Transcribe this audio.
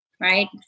right